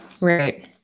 Right